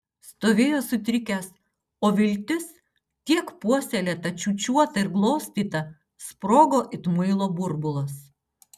stovėjo sutrikęs o viltis tiek puoselėta čiūčiuota ir glostyta sprogo it muilo burbulas